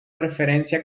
referencia